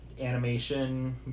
animation